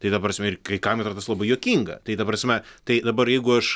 tai ta prasme ir kai kam yra tas labai juokinga tai ta prasme tai dabar jeigu aš